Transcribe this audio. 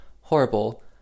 horrible